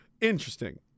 Interesting